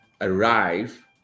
arrive